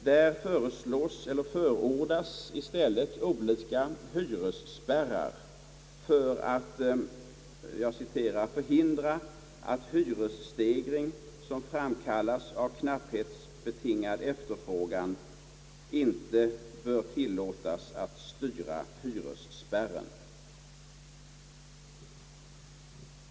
De förordar i stället olika hyresspärrar och understryker att >»hyresstegring som framkallats av knapphetsbetingad efterfrågan icke bör tillåtas att styra hyresspärren«.